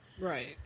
Right